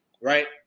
right